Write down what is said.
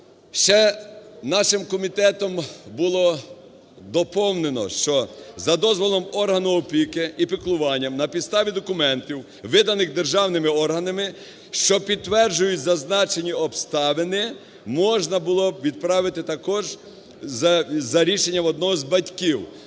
Ще нашим комітетом було доповнено, що за дозволом органу опіки і піклування на підставі документів, виданих державними органами, що підтверджують зазначені обставини, можна було б відправити також за рішенням одного з батьків.